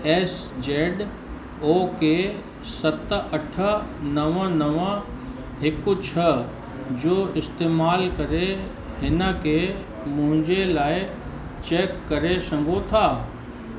S Z O K सत अठ नव नव हिकु छह जो इस्तेमालु करे हिन खे मुंहिंजे लाइ चैक करे सघो था